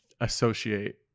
associate